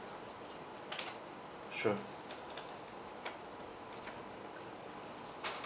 sure